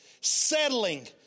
settling